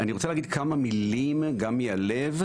אני רוצה להגיד כמה מילים גם מהלב,